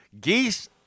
geese